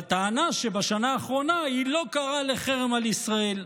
בטענה שבשנה האחרונה היא לא קראה לחרם על ישראל.